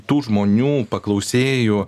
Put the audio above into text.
tų žmonių paklausėjų